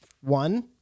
One